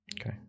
Okay